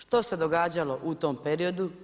Što se događalo u tom periodu?